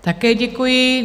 Také děkuji.